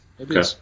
Okay